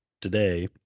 today